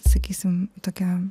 sakysim tokia